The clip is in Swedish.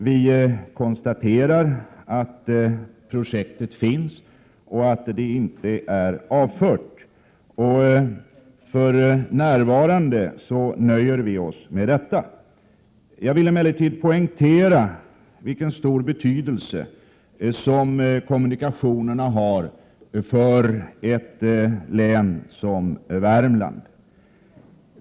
Vi konstaterar att projektet finns och att det inte är avfört, och för närvarande nöjer vi oss med detta. Jag vill emellertid poängtera vilken stor betydelse som kommunikationerna har för ett län som Värmlands län.